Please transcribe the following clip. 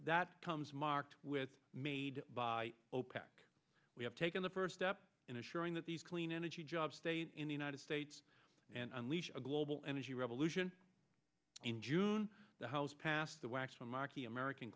that comes marked with made by opec we have taken the first step in assuring that these clean energy jobs stay in the united states and unleash a global energy revolution in june the house passed the